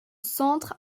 centre